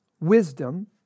wisdom